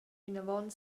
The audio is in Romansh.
vinavon